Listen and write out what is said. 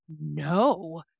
no